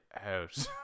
out